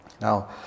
Now